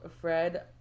Fred